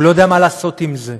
הוא לא יודע מה לעשות עם זה.